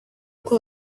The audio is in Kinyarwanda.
uko